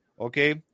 okay